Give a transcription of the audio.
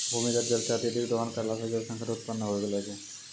भूमीगत जल के अत्यधिक दोहन करला सें जल संकट उत्पन्न होय गेलो छै